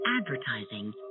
advertising